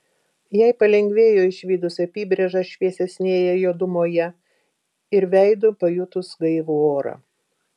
jai palengvėjo išvydus apybrėžą šviesesnėje juodumoje ir veidu pajutus gaivų orą